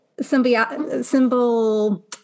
symbol